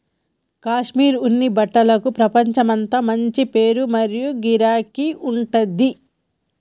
కాశ్మీర్ ఉన్ని బట్టలకు ప్రపంచమంతా మంచి పేరు మరియు గిరాకీ ఉంటది